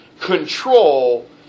control